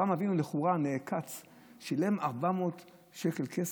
שילם 400 שקל כסף,